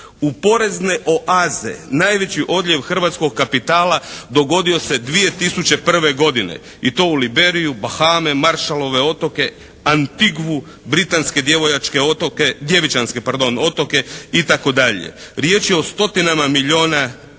u porezne oaze. Najveći odljev hrvatskog kapitala dogodio se 2001. godine i to u Liberiju, Bahame, Maršalove otoke, Antigvu, Britanske Djevičanske otoke itd. Riječ je o stotinama milijuna dolara.